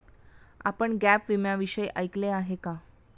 आपण गॅप विम्याविषयी ऐकले आहे का?